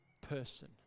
person